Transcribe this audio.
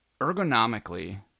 ergonomically